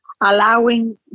allowing